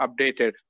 updated